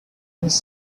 his